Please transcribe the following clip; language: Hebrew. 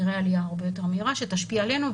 נראה עלייה הרבה יותר מהירה שתשפיע עלינו.